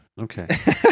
okay